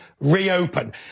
reopen